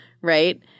Right